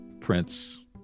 Prince